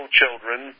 children